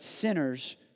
sinners